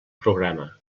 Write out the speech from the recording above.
programa